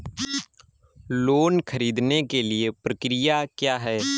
Loan ख़रीदने के लिए प्रक्रिया क्या है?